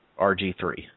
RG3